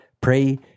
Pray